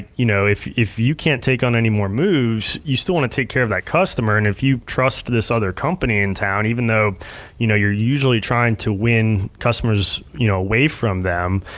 you know if if you can't take any more moves, you still wanna take care of that customer, and if you trust this other company in town, even though you know you're usually trying to win customers you know away from them,